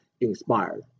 inspired